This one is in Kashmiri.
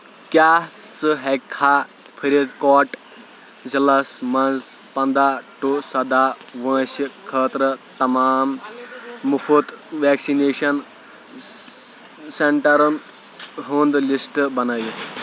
کیٛاہ ژٕ ہیٚککھا فٔریٖد کاٹ ضلعس مَنٛز پنداہ ٹوٚ سَداہ وٲنٛسہِ خٲطرٕ تمام مُفُط ویکسِنیشن سینٹرن ہُنٛد لسٹ بنٲیِتھ